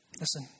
Listen